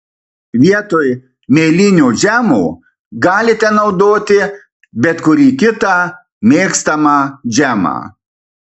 vietoj mėlynių džemo galite naudoti bet kurį kitą mėgstamą džemą